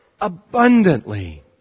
Abundantly